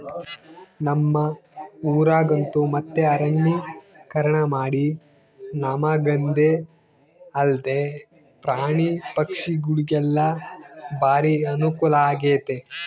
ನಮ್ಮ ಊರಗಂತೂ ಮತ್ತೆ ಅರಣ್ಯೀಕರಣಮಾಡಿ ನಮಗಂದೆ ಅಲ್ದೆ ಪ್ರಾಣಿ ಪಕ್ಷಿಗುಳಿಗೆಲ್ಲ ಬಾರಿ ಅನುಕೂಲಾಗೆತೆ